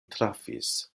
trafis